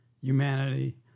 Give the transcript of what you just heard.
humanity